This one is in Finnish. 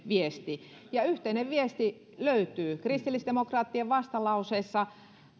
viesti ja yhteinen viesti löytyy kristillisdemokraattien vastalauseessa